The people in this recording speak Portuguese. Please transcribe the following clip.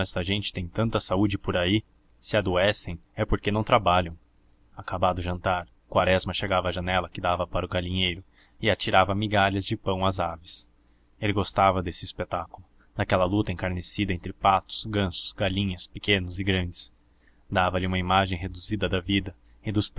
essa gente tem tanta saúde por aí se adoecem é porque não trabalham acabado o jantar quaresma chegava à janela que dava para o galinheiro e atirava migalhas de pão às aves ele gostava desse espetáculo daquela luta encarniçada entre patos gansos galinhas pequenos e grandes dava-lhe uma imagem reduzida da vida